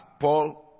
Paul